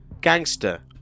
Gangster